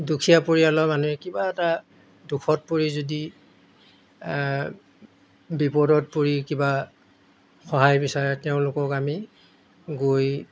দুখীয়া পৰিয়ালৰ মানুহে কিবা এটা দুখত পৰি যদি বিপদত পৰি কিবা সহায় বিচাৰে তেওঁলোকক আমি গৈ